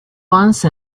once